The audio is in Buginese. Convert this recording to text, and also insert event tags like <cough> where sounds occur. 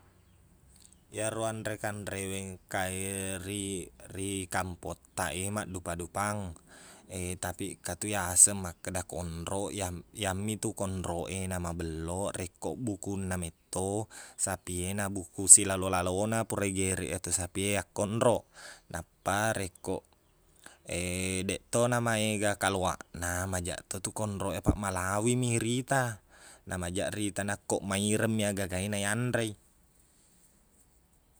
Iyaro anre-kanrewe engka e ri- ri kampottaq iye maddupa-dupang <hesitation> tapiq engka to iyaseng makkeda konroq yang- yammitu konroq e namabello rekko bukunna metto sapi e nabukkuq silalo-lalona pura igereq iyatu sapi e yakkonroq nappa rekko <hesitation> deqtona maega kaloaqna majaq to tu konroq e apaq malawimi irita namajaq riita nakko mairengmi agagae naiyanrei